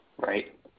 Right